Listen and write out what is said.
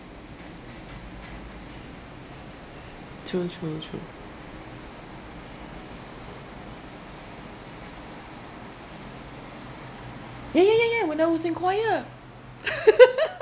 true true true ya ya ya ya when I was in choir